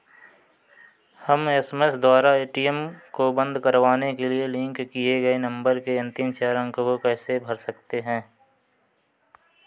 हम एस.एम.एस द्वारा ए.टी.एम को बंद करवाने के लिए लिंक किए गए नंबर के अंतिम चार अंक को कैसे भर सकते हैं?